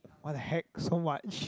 what the heck so much